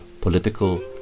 political